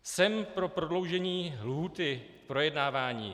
Jsem pro prodloužení lhůty k projednávání.